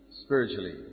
spiritually